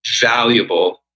valuable